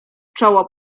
czoło